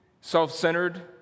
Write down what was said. self-centered